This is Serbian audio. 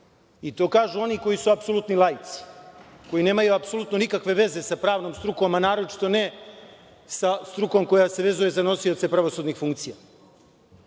I to kažu oni koji su apsolutni laici, koji nemaju apsolutno nikakve veze sa pravnom strukom, a naročito ne sa strukom koja se vezuje za nosioce pravosudnih funkcija. Pojam